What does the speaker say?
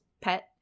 pet